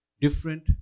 different